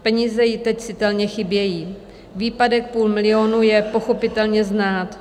Peníze jí teď citelně chybějí, výpadek půl milionu je pochopitelně znát.